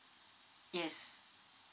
yes